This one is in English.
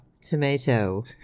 Tomato